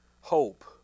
hope